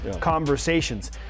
conversations